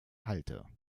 halte